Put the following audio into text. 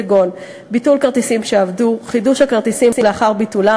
כגון ביטול כרטיסים שאבדו וחידוש הכרטיסים לאחר ביטולם.